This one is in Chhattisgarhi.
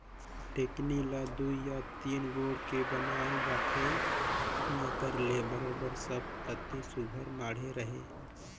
टेकनी ल दुई या तीन गोड़ के बनाए जाथे जेकर ले बरोबेर सब कती सुग्घर माढ़े रहें